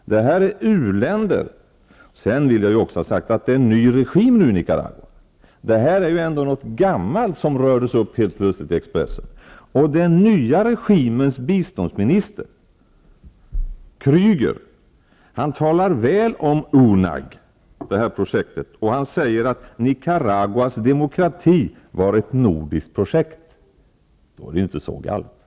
Här rör det sig om u-länder. Jag vill också påpeka att det nu är en ny regim i Nicaragua. Det var ändå någonting gammalt som helt plötsligt togs upp i Expressen. Den nya regi mens biståndsminister, Krüger, talar väl om UNAG och det här projektet. Han säger att Nicaraguas demokratisering var ett nordiskt projekt. Då kan det inte vara så galet.